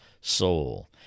soul